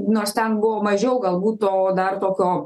nors ten buvo mažiau galbūt to dar tokio